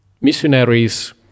Missionaries